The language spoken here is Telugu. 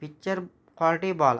పిక్చర్ క్వాలిటీ బాలేదు